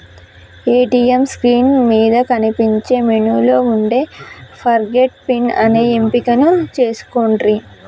ATM screen మీద కనిపించే మెనూలో వుండే ఫర్గాట్ పిన్ అనే ఎంపికను ఎంచుకొండ్రి